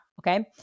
okay